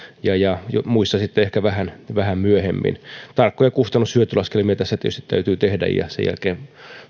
ja muissa sitten ehkä vähän myöhemmin tarkkoja kustannus hyöty laskelmia tässä tietysti täytyy tehdä ja sen jälkeen